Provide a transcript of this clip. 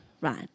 right